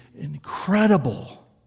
incredible